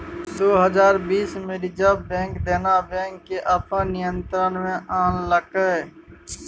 दु हजार बीस मे रिजर्ब बैंक देना बैंक केँ अपन नियंत्रण मे आनलकै